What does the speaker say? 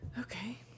Okay